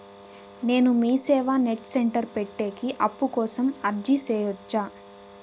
నేను MeeSeva net centre పెట్టేకి అప్పు కోసం అర్జీ సేయొచ్చా?